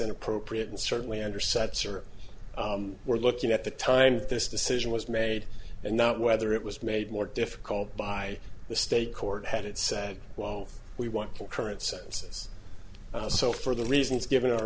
inappropriate and certainly under setser we're looking at the time that this decision was made and not whether it was made more difficult by the state court had it said well we want concurrent sentences so for the reasons given our